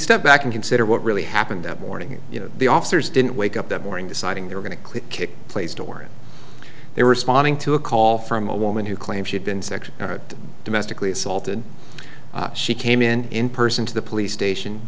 step back and consider what really happened that morning you know the officers didn't wake up that morning deciding they were going to quit kick placed or they were responding to a call from a woman who claims she'd been sick domestically assaulted she came in in person to the police station